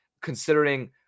considering